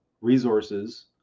resources